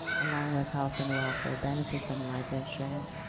along with health and welfare benefits and life insurance.